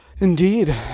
indeed